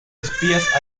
espías